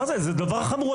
זה דבר חמור.